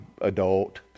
adult